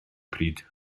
pryd